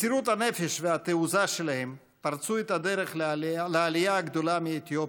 מסירות הנפש והתעוזה שלהם פרצו את הדרך לעלייה הגדולה מאתיופיה,